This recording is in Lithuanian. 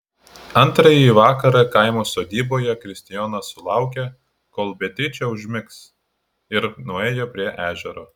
antrąjį vakarą kaimo sodyboje kristijonas sulaukė kol beatričė užmigs ir nuėjo prie ežero